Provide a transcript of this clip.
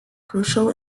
crucial